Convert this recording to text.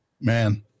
Man